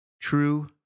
true